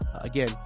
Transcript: again